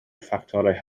ffactorau